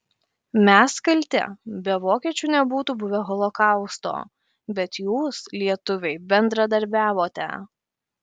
mes kalti be vokiečių nebūtų buvę holokausto bet jūs lietuviai bendradarbiavote